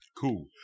Cool